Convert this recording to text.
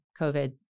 COVID